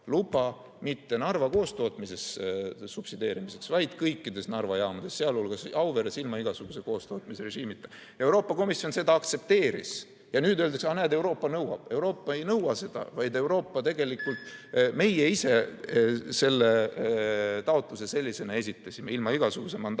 luba mitte Narva koostootmises subsideerimiseks, vaid kõikides Narva jaamades, sealhulgas Auveres ilma igasuguse koostootmisrežiimita. Euroopa Komisjon seda aktsepteeris ja nüüd öeldakse, näed, Euroopa nõuab. Euroopa ei nõua, tegelikult meie ise selle taotluse sellisena esitasime ilma igasuguse mandaadita